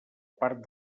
part